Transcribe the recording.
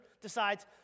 decides